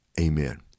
Amen